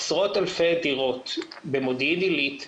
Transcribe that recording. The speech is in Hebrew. עשרות אלפי דירות במודיעין עלית,